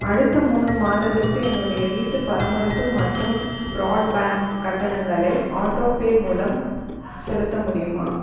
அடுத்த மூணு மாதத்துக்கு என்னுடைய வீட்டுப் பராமரிப்பு மற்றும் பிராட்பேண்ட் கட்டணங்களை ஆட்டோபே மூலம் செலுத்த முடியுமா